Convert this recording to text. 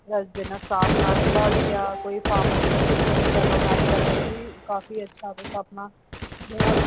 कोई staff nurse दा होइया कोई फार्मासिस्ट दी नौकरी करी लैओ जां मेडिकल च बी काफी अच्छा तुस अपना जेह्ड़ा